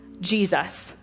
Jesus